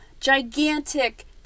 Gigantic